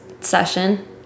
session